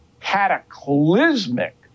cataclysmic